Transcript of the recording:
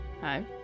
Hi